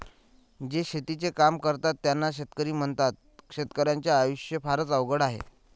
जे शेतीचे काम करतात त्यांना शेतकरी म्हणतात, शेतकर्याच्या आयुष्य फारच अवघड आहे